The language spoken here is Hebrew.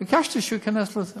ביקשתי שייכנס לזה